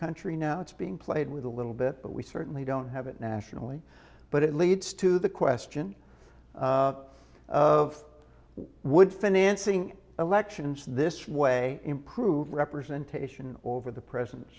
country now it's being played with a little bit but we certainly don't have it nationally but it leads to the question of what would financing elections this way improve representation over the present